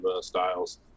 styles